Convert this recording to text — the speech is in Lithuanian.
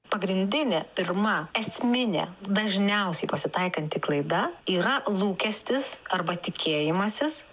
pagrindinė pirma esminė dažniausiai pasitaikanti klaida yra lūkestis arba tikėjimasis